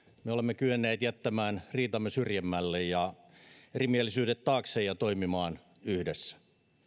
me olemme kyenneet jättämään riitamme syrjemmälle ja erimielisyydet taakse ja toimimaan yhdessä